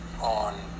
on